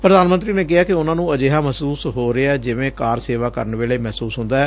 ਪ੍ਰਧਾਨ ਮੰਤਰੀ ਨੇ ਕਿਹਾ ਕਿ ਉਨੂਾ ਨੂੰ ਅਜਿਹਾ ਮਹਿਸੂਸ ਹੋ ਰਿਹੈ ਜਿਵੇਂ ਕਾਰ ਸੇਵਾ ਕਰਨ ਵੇਲੇ ਮਹਿਸੁਸ ਹੁੰਦੈ